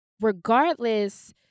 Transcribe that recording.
regardless